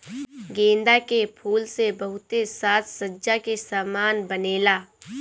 गेंदा के फूल से बहुते साज सज्जा के समान बनेला